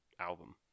album